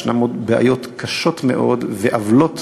ישנן עוד בעיות קשות מאוד ועוולות